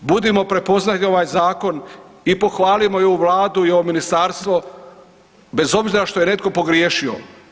Budimo prepoznajmo ovaj zakon i pohvalimo i ovu Vladu i ovo ministarstvo bez obzira što je netko pogriješio.